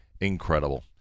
Incredible